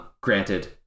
Granted